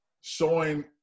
showing